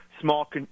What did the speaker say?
small